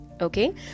okay